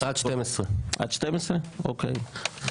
עד 12. אוקיי.